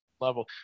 level